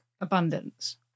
abundance